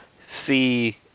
see